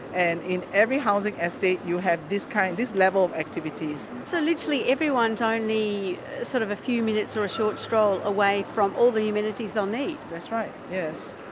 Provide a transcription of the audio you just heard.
and in every housing estate you have this kind of this level of activities. so literally, everyone's um only sort of a few minutes or a short stroll away from all the amenities they'll need? that's right, yes.